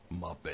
Muppet